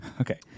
Okay